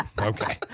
Okay